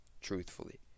Truthfully